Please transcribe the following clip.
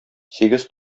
сигез